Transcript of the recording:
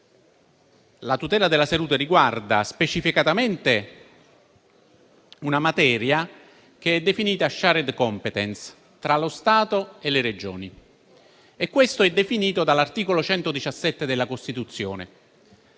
istituita dallo Stato, ma riguarda specificatamente una materia che è definita *shared competence* tra lo Stato e le Regioni. Questo è definito dall'articolo 117 della Costituzione.